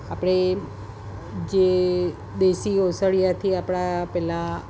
આપણે જે દેશી ઓસડિયાંથી આપણાં પેલા